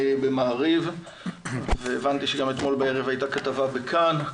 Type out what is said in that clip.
במעריב והבנתי שגם אתמול בערב הייתה כתבה ב'כאן'.